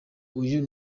uyu